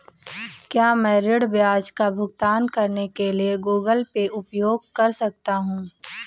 क्या मैं ऋण ब्याज का भुगतान करने के लिए गूगल पे उपयोग कर सकता हूं?